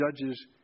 Judges